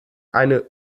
eine